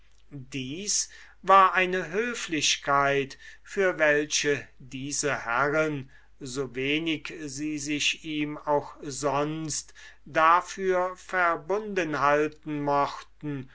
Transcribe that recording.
dies war eine höflichkeit für welche diese herren so wenig sie sich ihm auch sonst dafür verbunden halten mochten